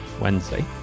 Wednesday